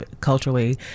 culturally